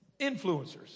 influencers